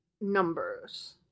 numbers